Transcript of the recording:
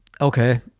okay